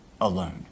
alone